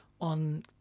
on